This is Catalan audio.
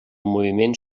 moviment